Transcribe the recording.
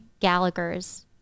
Gallaghers